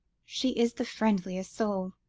she is the friendliest soul.